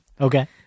Okay